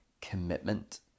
commitment